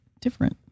different